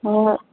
ꯍꯣꯏ ꯍꯣꯏ